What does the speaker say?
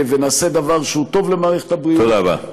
ונעשה דבר שהוא טוב למערכת הבריאות, תודה רבה.